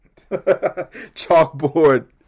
chalkboard